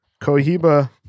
Cohiba